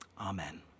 Amen